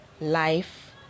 life